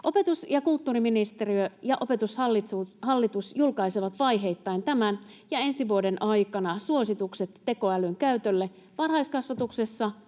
Opetus‑ ja kulttuuriministeriö ja Opetushallitus julkaisevat vaiheittain tämän ja ensi vuoden aikana suositukset tekoälyn käytölle varhaiskasvatuksessa,